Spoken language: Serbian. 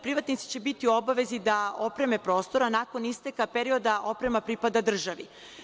Privatnici će biti u obavezi da opreme prostor, a nakon isteka perioda, oprema pripada državi.